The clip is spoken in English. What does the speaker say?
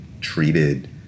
treated